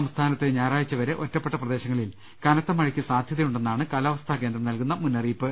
സംസ്ഥാനത്ത് ഞായറാഴ്ചവരെ ഒറ്റപ്പെട്ട പ്രദേശങ്ങളിൽ കനത്ത മഴയ്ക്ക് സാധ്യതയുണ്ടെന്നാണ് കാലാ വസ്ഥാ കേന്ദ്രം നൽകുന്ന മുന്നറിയിപ്പ്